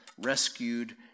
rescued